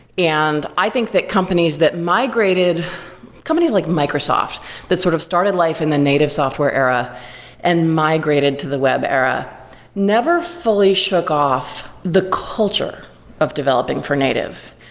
and i think that companies that migrated companies like microsoft that sort of started life in the native software era and migrated to the web era never fully shook off the culture of developing for native.